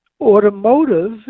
automotive